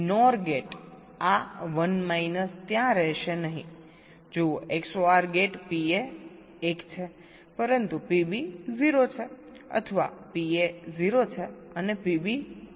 NOR gate આ 1 minus ત્યાં રહેશે નહીંજુઓ XOR ગેટ PA 1 છે પરંતુ PB 0 છે અથવા PA 0 છે અને PB 1 છે